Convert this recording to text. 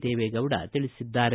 ದೇವೇಗೌಡ ತಿಳಿಸಿದ್ದಾರೆ